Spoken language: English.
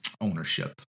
ownership